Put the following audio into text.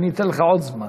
אני אתן לך עוד זמן,